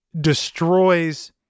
destroys